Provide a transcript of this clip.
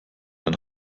ein